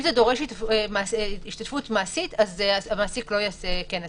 אם זה דורש השתתפות מעשית אז המעסיק לא יעשה כנס